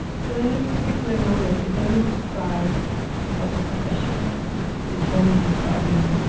so in this particular notice, it doesn't describe what the profession is. it's only describing